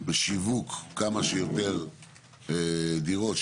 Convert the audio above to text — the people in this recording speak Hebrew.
בשיווק כמה שיותר דירות.